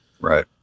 Right